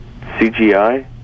CGI